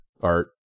art